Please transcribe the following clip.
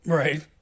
right